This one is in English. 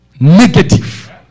Negative